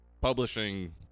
publishing